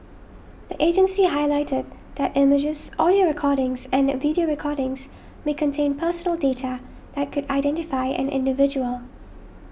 the agency highlighted that images audio recordings and video recordings may contain personal data that could identify an individual